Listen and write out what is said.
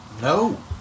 no